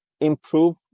improve